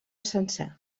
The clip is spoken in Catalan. sencer